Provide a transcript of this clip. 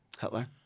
Hitler